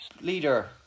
leader